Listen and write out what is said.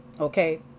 Okay